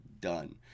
done